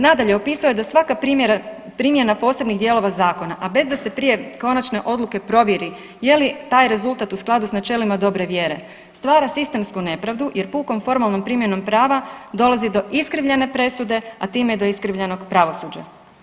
Nadalje, opisuje da svaka primjena posebnih dijelova zakona a bez da se prije konačne odluke provjeri je li taj rezultat u skladu sa načelima dobre vjere, stvara sistemsku nepravdu jer pukom formalnog primjenom prava, dolazi do iskrivljene presude a time i do iskrivljenog pravosuđa.